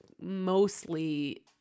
mostly